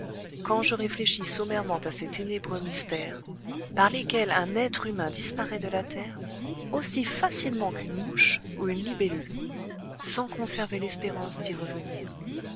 quand je réfléchis sommairement à ces ténébreux mystères par lesquels un être humain disparaît de la terre aussi facilement qu'une mouche ou une libellule sans conserver l'espérance d'y revenir